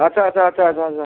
ଆଚ୍ଛା ଆଚ୍ଛା ଆଚ୍ଛା ଆଚ୍ଛା ଆଚ୍ଛା